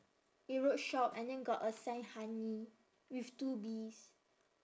it wrote shop and then got a sign honey with two bees